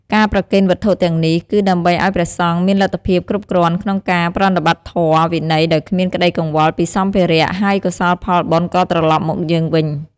ការប្រគេនវត្ថុទាំងនេះ គឺដើម្បីឲ្យព្រះសង្ឃមានលទ្ធភាពគ្រប់គ្រាន់ក្នុងការប្រតិបត្តិធម៌វិន័យដោយគ្មានក្តីកង្វល់ពីសម្ភារៈ ហើយកុសលផលបុណ្យក៏ត្រឡប់មកយើងវិញ។